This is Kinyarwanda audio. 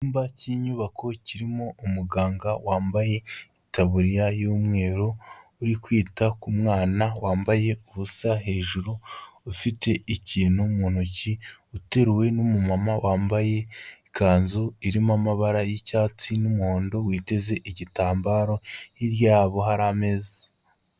Icyumba cy'inyubako kirimo umuganga wambaye itaburiya y'umweru, uri kwita ku mwana wambaye ubusa hejuru, ufite ikintu mu ntoki, uteruwe n'umumama wambaye ikanzu irimo amabara y'icyatsi n'umuhondo, witeze igitambaro. Hirya yabo hari ameza.